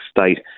state